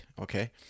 okay